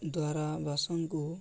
ଦ୍ୱାରା ବାସନକୁ